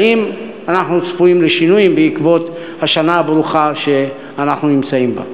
האם אנחנו צפויים לשינויים בעקבות השנה הברוכה שאנחנו נמצאים בה?